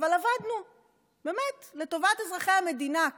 אבל עבדנו לטובת אזרחי המדינה.